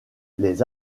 les